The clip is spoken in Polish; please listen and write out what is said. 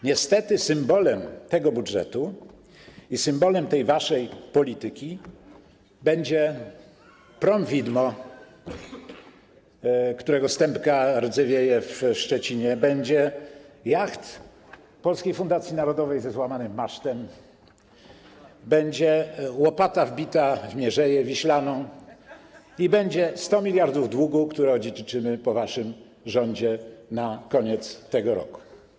Niestety symbolem tego budżetu i symbolem tej waszej polityki będzie prom widmo, którego stępka rdzewieje w Szczecinie, będzie jacht Polskiej Fundacji Narodowej ze złamanym masztem, będzie łopata wbita w Mierzeję Wiślaną i będzie 100 mld długu, który odziedziczymy po waszym rządzie na koniec tego roku.